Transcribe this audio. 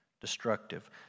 Destructive